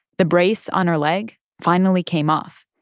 the brace on her leg finally came off.